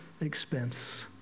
expense